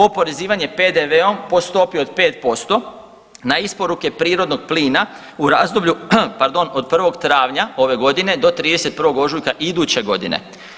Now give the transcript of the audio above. Oporezivanje PDV-om po stopi od 5% na isporuke prirodnog plina u razdoblju, pardon, od 1. travnja ove godine do 31. ožujka iduće godine.